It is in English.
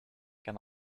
can